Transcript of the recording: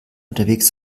unterwegs